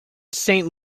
saint